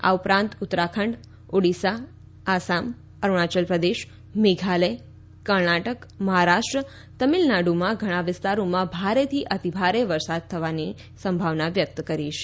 આ ઉપરાંત ઉત્તરાખંડ ઓડિસા આસામ અરૂણાચલ પ્રદેશ મેઘાલય કર્ણાટક મહારાષ્ટ્ર તમિલનાડુમાં ઘણા વિસ્તારોમાં ભારેથી અતિભારે વરસાદ થવાની સંભાવના વ્યક્ત કરી છે